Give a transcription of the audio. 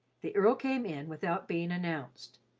the earl came in without being announced.